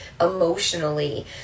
emotionally